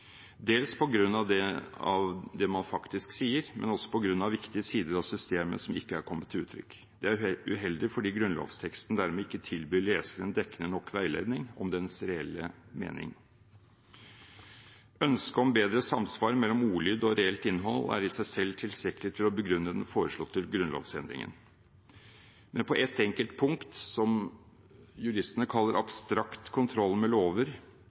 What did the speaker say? dels på grunn av det man faktisk sier, men også på grunn av viktige sider av systemet som ikke er kommet til uttrykk. Dette er uheldig fordi grunnlovsteksten dermed ikke tilbyr leseren dekkende nok veiledning om dens «reelle» mening. Ønsket om bedre samsvar mellom ordlyd og reelt innhold er i seg selv tilstrekkelig til å begrunne den foreslåtte grunnlovsendringen. Men på et enkelt punkt som juristene kaller «abstrakt kontroll» med lover,